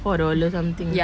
four dollar something